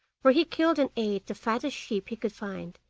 where he killed and ate the fattest sheep he could find,